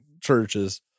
churches